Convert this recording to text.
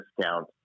discount